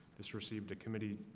this received a committee?